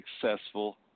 successful